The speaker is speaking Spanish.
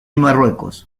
marruecos